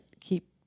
keep